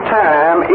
time